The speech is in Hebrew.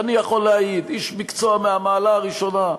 ואני יכול להעיד: איש מקצוע מהמעלה הראשונה,